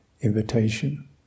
Invitation